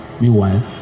meanwhile